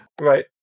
right